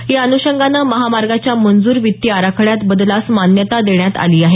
या अन्षंगाने महामार्गाच्या मंजूर वित्तीय आराखड्यात बदलास मान्यता देण्यात आली आहे